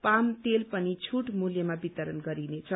palm तेल पनि छूट मूल्यमा वितरण गरिनेछ